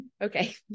okay